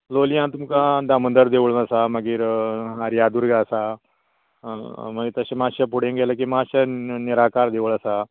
लोलयां तुमकां दामोदर देवूळ आसा मागीर आर्यादुर्गा आसा मागीर तशें मातशे फुडें गेल्यार माशें निराकार देवूळ आसा